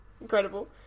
Incredible